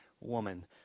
woman